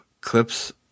clips